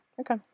Okay